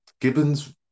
Gibbons